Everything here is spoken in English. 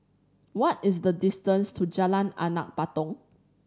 what is the distance to Jalan Anak Patong